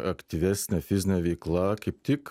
aktyvesnė fizinė veikla kaip tik